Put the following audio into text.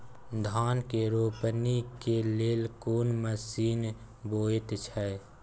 धान के रोपनी के लेल कोन मसीन होयत छै?